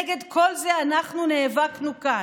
נגד כל זה אנחנו נאבקנו כאן,